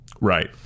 Right